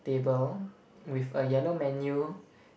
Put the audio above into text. table with a yellow menu